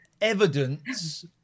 evidence